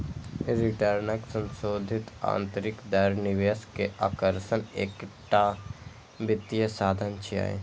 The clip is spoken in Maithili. रिटर्नक संशोधित आंतरिक दर निवेश के आकर्षणक एकटा वित्तीय साधन छियै